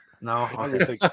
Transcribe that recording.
no